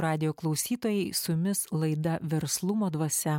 radijo klausytojai su jumis laida verslumo dvasia